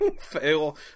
Fail